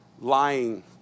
lying